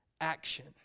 action